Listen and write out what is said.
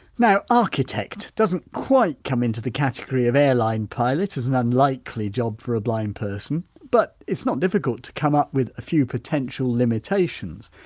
now architect, it doesn't quite come into the category of airline pilot as an unlikely job for a blind person, but it's not difficult to come up with a few potential limitations!